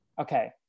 okay